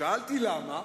שאלתי: למה?